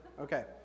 Okay